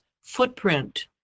footprint